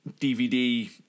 DVD